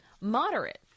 moderate